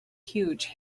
huge